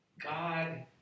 God